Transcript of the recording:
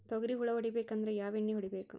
ತೊಗ್ರಿ ಹುಳ ಹೊಡಿಬೇಕಂದ್ರ ಯಾವ್ ಎಣ್ಣಿ ಹೊಡಿಬೇಕು?